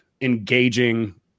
engaging